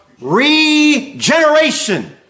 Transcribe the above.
regeneration